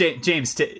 James